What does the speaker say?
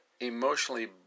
emotionally